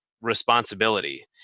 responsibility